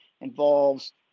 involves